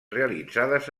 realitzades